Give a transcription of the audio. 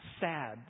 sad